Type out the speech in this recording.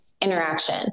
Interaction